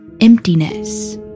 emptiness